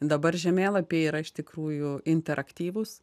dabar žemėlapiai yra iš tikrųjų interaktyvūs